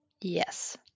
Yes